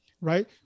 right